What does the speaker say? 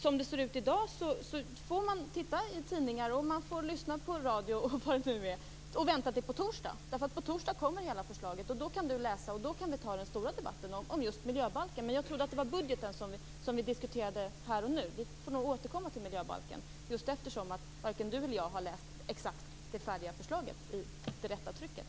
Som det ser ut i dag får man läsa tidningar, lyssna på radio och vänta till på torsdag. Då kommer hela förslaget, och då kan Lennart Daléus läsa det. Då kan vi ta den stora debatten om miljöbalken. Jag trodde att det var budgeten som vi diskuterade här och nu. Vi får nog återkomma till miljöbalken, eftersom ingen av oss har läst det färdiga och exakt rättade förslaget.